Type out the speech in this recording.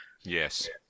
Yes